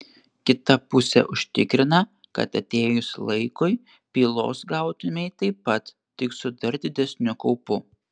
kita pusė užtikrina kad atėjus laikui pylos gautumei taip pat tik su dar didesniu kaupu